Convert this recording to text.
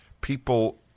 People